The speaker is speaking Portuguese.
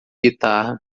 guitarra